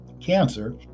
cancer